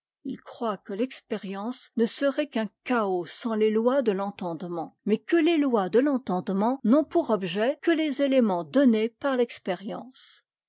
il croit que l'expérience ne serait qu'un chaos sans les lois de entendement mais que les lois de l'entendement n'ont pour objet que les éléments donnés par l'expérience